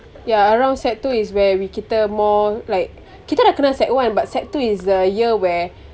ya around sec two is where we kita more like kita dah kenal sec one but sec two is the year where